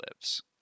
lives